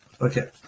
Okay